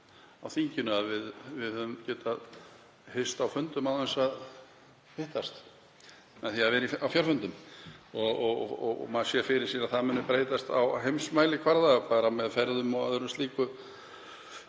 á þinginu að við höfum getað hist á fundum án þess að hittast með því að vera á fjarfundum. Maður sér fyrir sér að það muni breytast á heimsmælikvarða, bara með ferðir og annað slíkt,